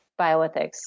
bioethics